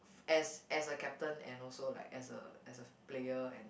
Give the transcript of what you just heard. as as a captain and also like as a as a player and